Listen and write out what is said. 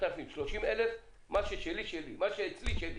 10,000 או 30,000, מה שאצלי שלי.